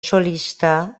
solista